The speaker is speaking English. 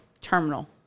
Terminal